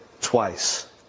twice